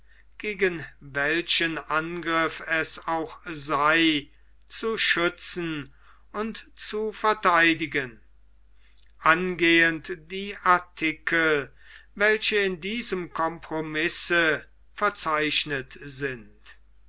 gegen welchen angriff es auch sei zu schützen und zu vertheidigen angehend die artikel welche in diesem compromisse verzeichnet sind